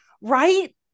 right